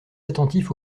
attentif